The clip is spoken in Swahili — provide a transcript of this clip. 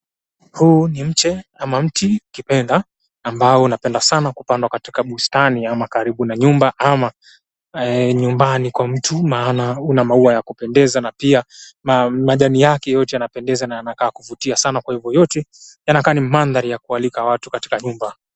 Huu ni mche ama mti ukipenda ambao unapendwa sana kupandwa katika bustani ama karibu na nyumba ama nyumbani kwa mtu maana una maua ya kupendeza na pia majani yake yote yanapendeza na yana kaa kuvutia sana kwa hivyo yote yanakaa ni mandhari ya kualika watu katika nyumba.